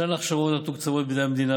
ישנן הכשרות המתוקצבות בידי המדינה